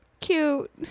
Cute